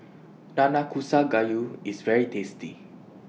Nanakusa Gayu IS very tasty